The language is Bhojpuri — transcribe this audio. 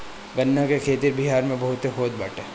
गन्ना के खेती बिहार में बहुते होत बाटे